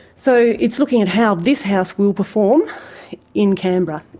so it's looking at how this house will perform in canberra.